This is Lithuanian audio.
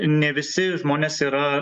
ne visi žmonės yra